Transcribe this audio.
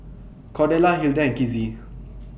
Cordella Hilda and Kizzy